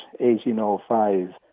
1805